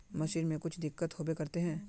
Machine में कुछ दिक्कत होबे करते है?